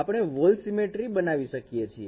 આપણે વોલ્ સિમેટ્રી બનાવી શકીએ છીએ